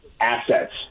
assets